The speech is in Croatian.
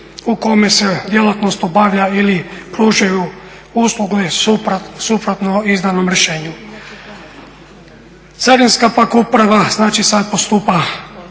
u kome se djelatnost obavlja ili pružaju usluge suprotno izdanom rješenju. Carinska pak uprava znači sad postupa